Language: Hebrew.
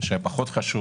הפחות חשוב